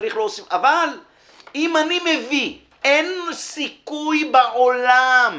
אבל אם אני מביא, אין סיכוי בעולם,